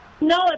No